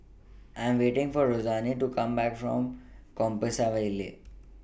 I Am waiting For Rosanne to Come Back from Compassvale